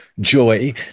joy